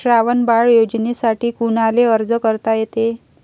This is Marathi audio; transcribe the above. श्रावण बाळ योजनेसाठी कुनाले अर्ज करता येते?